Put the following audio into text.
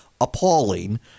appalling